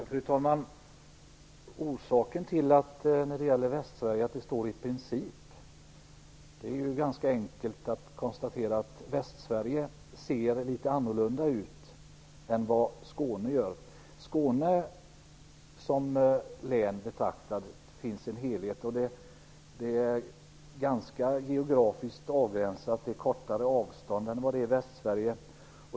Fru talman! Orsaken till att det står "i princip" när det gäller Västsverige är att Västsverige ser litet annorlunda ut än vad Skåne gör. Det är enkelt att konstatera. Skåne som län betraktat är en helhet. Det är ganska geografiskt avgränsat, och avstånden är kortare än i Västsverige.